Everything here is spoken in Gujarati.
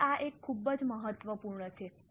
હવે આ એક ખૂબ જ મહત્વપૂર્ણ છે